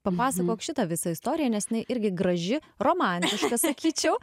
papasakok šitą visą istoriją nes jinai irgi graži romantiška sakyčiau